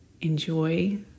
enjoy